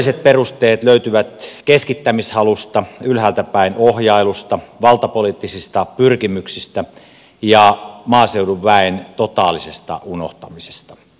todelliset perusteet löytyvät keskittämishalusta ylhäältä päin ohjailusta valtapoliittisista pyrkimyksistä ja maaseudun väen totaalisesta unohtamisesta